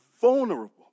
vulnerable